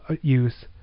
use